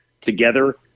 together